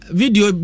video